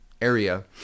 area